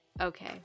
Okay